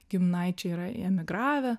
giminaičiai yra emigravę